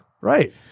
right